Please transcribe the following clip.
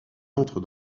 entre